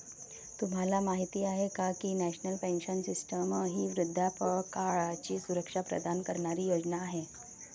तुम्हाला माहिती आहे का की नॅशनल पेन्शन सिस्टीम ही वृद्धापकाळाची सुरक्षा प्रदान करणारी योजना आहे